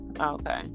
Okay